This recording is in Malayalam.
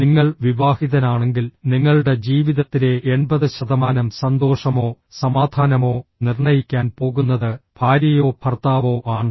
നിങ്ങൾ വിവാഹിതനാണെങ്കിൽ നിങ്ങളുടെ ജീവിതത്തിലെ എൺപത് ശതമാനം സന്തോഷമോ സമാധാനമോ നിർണ്ണയിക്കാൻ പോകുന്നത് ഭാര്യയോ ഭർത്താവോ ആണ്